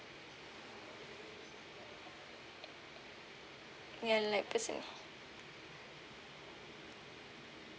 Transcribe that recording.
ya like person